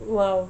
!wow!